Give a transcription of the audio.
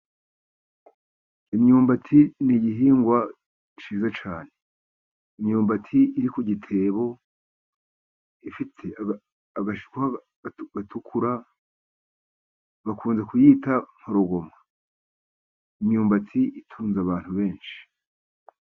Imyumbati ni igihingwa cyiza cyane. Imyumbati iri ku gitebo, ifite agashishwa gatukura, bakunze kuyita mpuruguma. Imyumbati itunze abantu benshi.